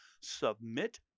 submit